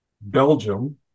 Belgium